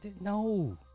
No